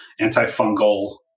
antifungal